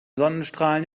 sonnenstrahlen